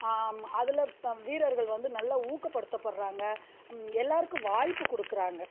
அதில் வீரர்கள் வந்து நல்லா ஊக்கப்படுத்தப்படுகிறாங்க எல்லோருக்கும் வாய்ப்பு கொடுக்குறாங்க